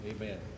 Amen